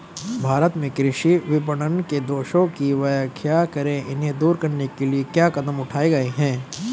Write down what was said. भारत में कृषि विपणन के दोषों की व्याख्या करें इन्हें दूर करने के लिए क्या कदम उठाए गए हैं?